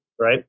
right